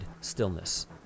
stillness